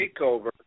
takeover